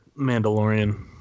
Mandalorian